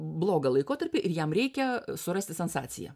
blogą laikotarpį ir jam reikia surasti sensaciją